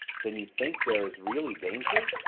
then you think there is really danger?